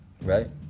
right